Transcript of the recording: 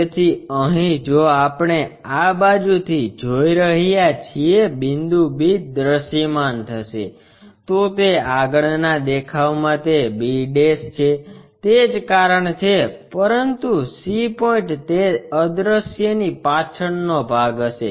તેથી અહીં જો આપણે આ બાજુથી જોઈ રહ્યા છીએ બિંદુ b દૃશ્યમાન થશે તો તે આગળના દેખાવમાં તે b છે તે જ કારણ છે પરંતુ c પોઇન્ટ તે અદ્રશ્યની પાછળનો ભાગ હશે